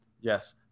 Yes